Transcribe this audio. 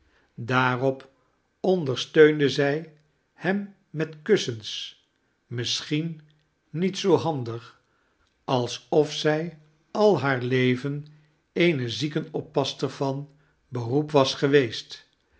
daarop ondersteunde zij hem met kussens misschien niet zoo handig alsof zij al haar leven eene ziekenoppasster van beroep was geweest